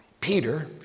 Peter